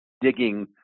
digging